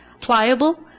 Pliable